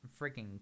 freaking